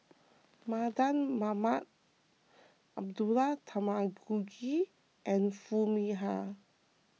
Mardan Mamat Abdullah Tarmugi and Foo Mee Har